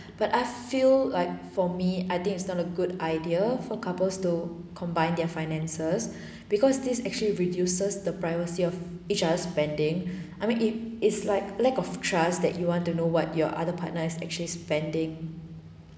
but I feel like for me I think it's not a good idea for couples to combine their finances because this actually reduces the privacy of each other spending I mean it is like lack of trust that you want to know what your other partners are actually spending